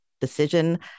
decision